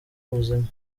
ubuzima